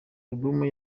album